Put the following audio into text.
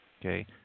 okay